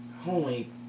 Holy